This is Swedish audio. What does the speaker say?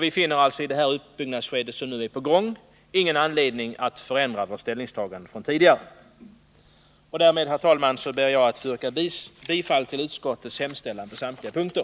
I det utbyggnadsskede som nu pågår finner vi ingen anledning att ändra vårt tidigare ställningstagande. Därmed, herr talman, ber jag att få yrka bifall till utskottets hemställan på samtliga punkter.